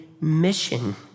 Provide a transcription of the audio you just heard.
mission